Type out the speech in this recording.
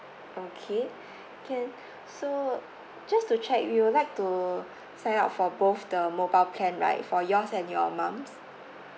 okay can so just to check you would like to sign up for both the mobile plan right for yours and your moms